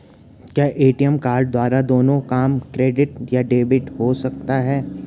क्या ATM card द्वारा दोनों काम क्रेडिट या डेबिट हो सकता है?